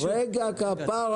יש רמה של